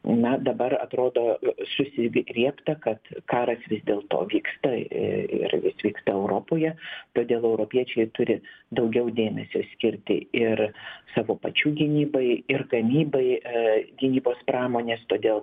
na dabar atrodo susigriebta kad karas vis dėlto vyksta ir jis vyksta europoje todėl europiečiai turi daugiau dėmesio skirti ir savo pačių gynybai ir gamybai gynybos pramonės todėl